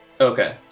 Okay